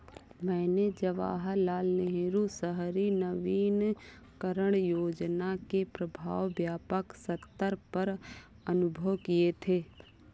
मैंने जवाहरलाल नेहरू शहरी नवीनकरण योजना के प्रभाव व्यापक सत्तर पर अनुभव किये थे